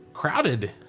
Crowded